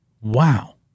Wow